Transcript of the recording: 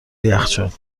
یخچال